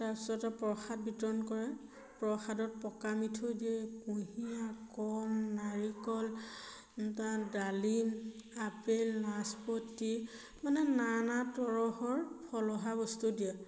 তাৰপিছতে প্ৰসাদ বিতৰণ কৰে প্ৰসাদত পকা মিঠৈ দিয়ে কুঁহিয়া কল নাৰিকল তাৰ ডালিম আপেল নাচপতি মানে নানা তৰহৰ ফলহা বস্তু দিয়ে